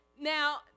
Now